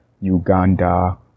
Uganda